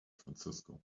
francisco